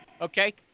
Okay